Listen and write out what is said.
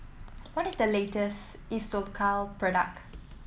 what is the latest isocal product